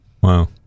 Wow